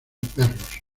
perros